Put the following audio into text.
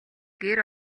гэр